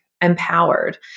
empowered